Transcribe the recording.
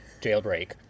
jailbreak